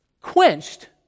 quenched